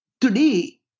today